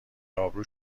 ابرو